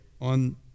on